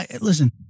listen